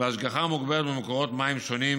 והשגחה מוגברת במקורות מים שונים,